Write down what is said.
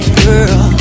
girl